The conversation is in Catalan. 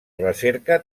recerca